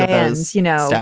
as you know.